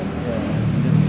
yes